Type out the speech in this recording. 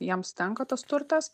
jiems tenka tas turtas